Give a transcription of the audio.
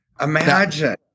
Imagine